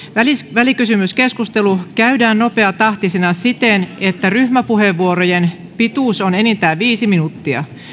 välikysymyskeskustelu käydään nopeatahtisena siten että ryhmäpuheenvuorojen pituus on enintään viisi minuuttia